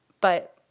But-